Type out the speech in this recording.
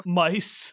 mice